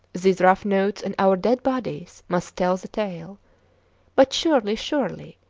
these rough notes and our dead bodies must tell the tale but surely, surely,